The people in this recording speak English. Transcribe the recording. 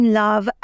love